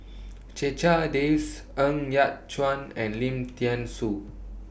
Checha Davies Ng Yat Chuan and Lim Thean Soo